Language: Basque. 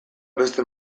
beste